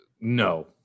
No